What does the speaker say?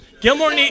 Gilmore